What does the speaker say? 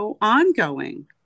ongoing